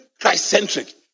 Christ-centric